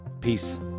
peace